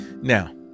Now